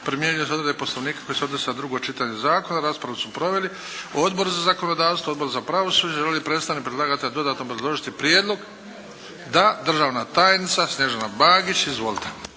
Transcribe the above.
primjenjuju se odredbe Poslovnika koji se odnosi na drugo čitanje zakona. Raspravu su proveli Odbor za zakonodavstvo, Odbor za pravosuđe. Želi li predstavnik predlagatelja dodatno obrazložiti prijedlog? Da. Državna tajnica Snježana Bagić. Izvolite1